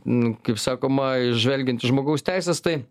m kaip sakoma žvelgiant į žmogaus teises tai